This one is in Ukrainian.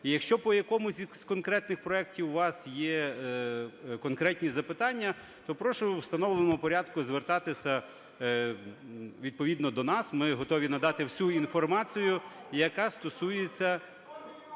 І якщо по якомусь з конкретних проектів у вас є конкретні запитання, то прошу у встановленому порядку звертатись відповідно до нас. Ми готові надати всю інформацію, яка стосується